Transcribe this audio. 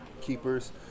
keepers